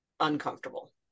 uncomfortable